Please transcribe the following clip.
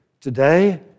today